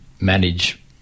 manage